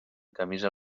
camisa